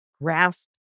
grasp